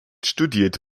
studierte